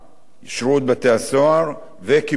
שירות בתי-הסוהר וכיבוי אש,